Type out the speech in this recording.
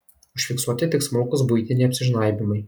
užfiksuoti tik smulkūs buitiniai apsižnaibymai